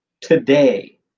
today